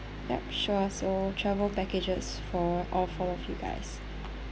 yup sure so travel packages for all four of you guys